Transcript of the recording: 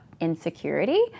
insecurity